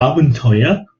abenteuer